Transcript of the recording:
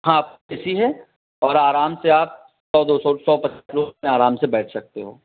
हाँ A C है और आराम से आप सौ दो सौ सौ पचास लोग उसमें आराम से बैठ सकते हो